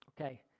Okay